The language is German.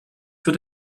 für